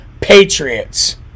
patriots